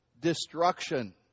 destruction